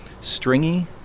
stringy